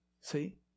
see